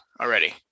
already